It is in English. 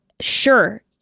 sure